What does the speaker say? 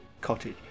cottage